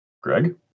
greg